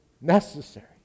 necessary